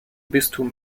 bistum